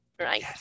right